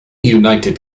united